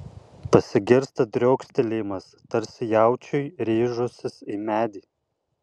pasigirsta driokstelėjimas tarsi jaučiui rėžusis į medį